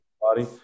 body